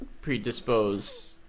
predisposed